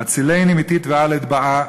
"הצילני מטיט ואל אטבעה,